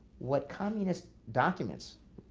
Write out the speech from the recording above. what communist documents,